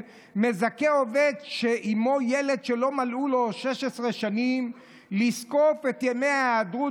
מזכה עובד שעימו ילד שלא מלאו לו 16 שנים לזקוף את ימי ההיעדרות